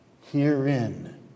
Herein